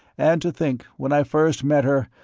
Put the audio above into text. and to think, when i first met her,